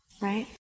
Right